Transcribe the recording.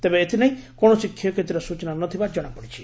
ତେବେ ଏଥିନେଇ କୌଣସି କ୍ଷୟକ୍ଷତିର ସ୍ଚନା ନଥିବା ଜଣାପଡିଛି